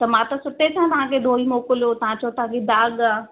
त मां त सुठे सां तव्हांखे धोई मोकिलियो तव्हां चयो था दाॻ आहे